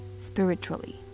spiritually